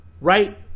Right